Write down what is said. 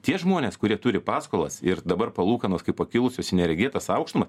tie žmonės kurie turi paskolas ir dabar palūkanos kaip pakilusios į neregėtas aukštumas